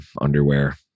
underwear